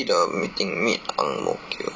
ang mo kio